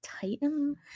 titan